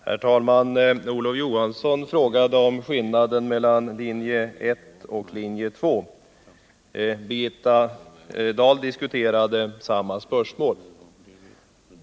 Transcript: Herr talman! Olof Johansson frågade om skillnaden mellan linje 1 och linje 2. Birgitta Dahl diskuterade samma spörsmål.